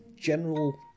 general